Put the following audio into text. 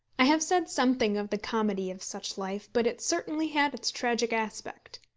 i have said something of the comedy of such life, but it certainly had its tragic aspect.